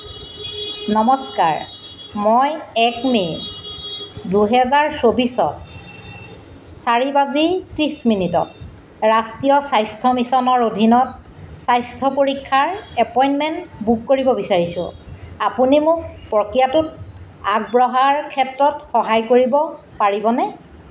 নমস্কাৰ মই এক মে দুহেজাৰ চৌবিছত চাৰি বাজি ত্ৰিছ মিনিটত ৰাষ্ট্ৰীয় স্বাস্থ্য মিছনৰ অধীনত স্বাস্থ্য পৰীক্ষাৰ এপইণ্টমেণ্ট বুক কৰিব বিচাৰিছোঁ আপুনি মোক প্ৰক্ৰিয়াটোত আগবঢ়াৰ ক্ষেত্ৰত সহায় কৰিব পাৰিবনে